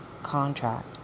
contract